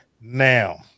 now